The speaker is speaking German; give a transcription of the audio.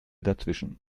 dazwischen